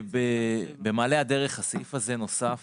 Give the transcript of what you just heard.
במעלה הדרך הסעיף הזה נוסף